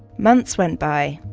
months went by,